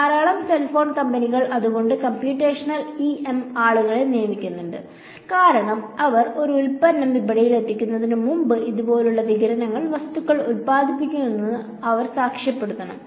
ധാരാളം cell phone കമ്പനികൾ അതുകൊണ്ടാണ് കമ്പ്യൂട്ടേഷണൽ ഇഎം ആളുകളെ നിയമിക്കുന്നത് കാരണം അവർ ഒരു ഉൽപ്പന്നം വിപണിയിൽ എത്തിക്കുന്നതിന് മുമ്പ് ഇതുപോലുള്ള വികിരണ വസ്തുക്കൾ ഉൽപാദിപ്പിക്കുന്നുവെന്ന് അവർ സാക്ഷ്യപ്പെടുത്തണം